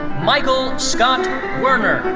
michael scott werner.